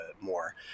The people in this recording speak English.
more